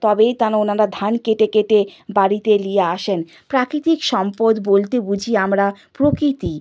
তবেই তা ওনারা ধান কেটে কেটে বাড়িতে নিয়ে আসেন প্রাকৃতিক সম্পদ বলতে বুঝি আমরা প্রকৃতি